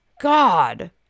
God